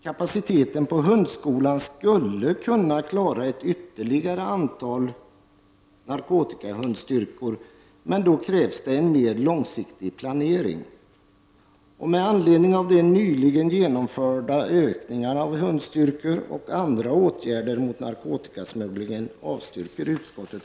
Kapaciteten på hundskolan skulle kunna klara ett ytterligare antal narkotikahundstyrkor, men för detta krävs en mer långsiktig planering.